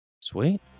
sweet